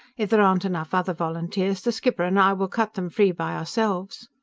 if there aren't enough other volunteers, the skipper and i will cut them free by ourselves.